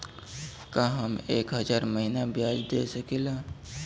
का हम एक हज़ार महीना ब्याज दे सकील?